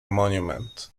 monument